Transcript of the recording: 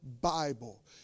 Bible